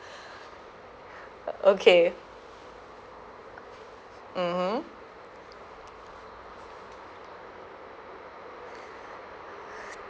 okay mmhmm